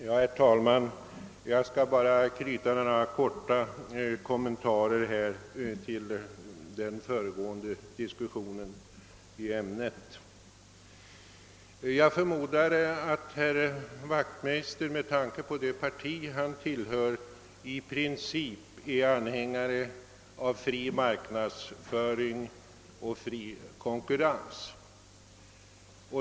Herr talman! Jag skall bara helt kortfattat kommentera den föregående diskussionen något. Jag förmodar att herr Wachtmeister med tanke på det parti han tillhör i princip är anhängare av fri marknadsföring och fri konkurrens.